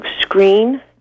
screen